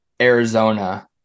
Arizona